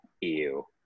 ew